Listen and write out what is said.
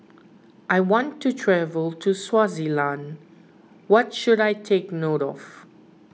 I want to travel to Swaziland what should I take note of